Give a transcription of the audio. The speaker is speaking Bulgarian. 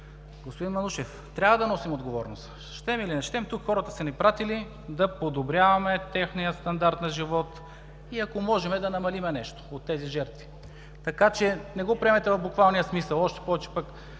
Господин Манушев, трябва да носим отговорност – щем или не щем. Тук хората са ни пратили да подобряваме техния стандарт на живот и ако можем да намалим нещо от тези жертви. Не го приемайте в буквалния смисъл, още повече пък